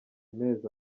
mezi